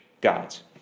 God's